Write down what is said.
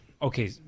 okay